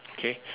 okay